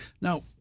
Now